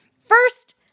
First